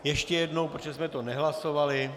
Ještě jednou, protože jsme to nehlasovali.